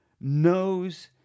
knows